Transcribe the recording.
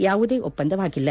ಯಾವುದೇ ಒಪ್ಸಂದವಾಗಿಲ್ಲ